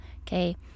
okay